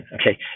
Okay